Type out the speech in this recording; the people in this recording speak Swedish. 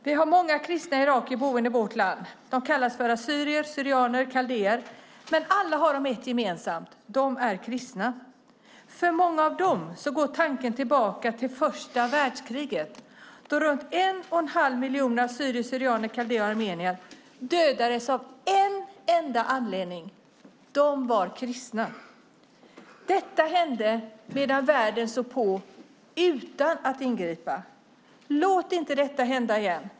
Vi har många kristna irakier boende i vårt land. De kallas för assyrier syrianer, kaldéer och armenier dödades av en enda anledning, nämligen att de var kristna. Detta hände medan världen såg på utan att ingripa. Låt det inte detta hända igen!